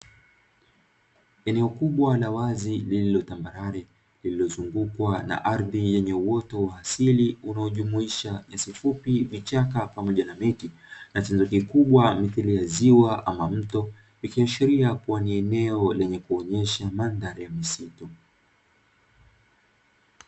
Eneo kubwa la wazi lililo tambarare lililozungukwa na ardhi yenye uwoto wa asili unaojumuisha nyasi fupi, vichaka pamoja na miti, na chanzo kikubwa mithili ya ziwa ama mto vikiashiria kuwa ni eneo lenye kuonyesha mandhari ya misitu.